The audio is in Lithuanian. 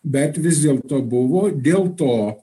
bet vis dėlto buvo dėl to